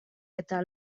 eta